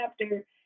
chapter